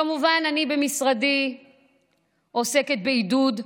כמובן, אני במשרדי עוסקת בעידוד עלייה,